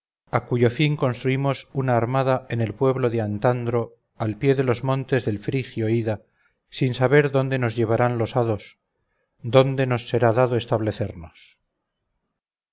a cuyo fin construimos una armada en el pueblo de antandro al pie de los montes del frigio ida sin saber adónde nos llevarán los hados dónde nos será dado establecernos